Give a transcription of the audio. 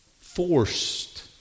forced